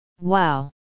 Wow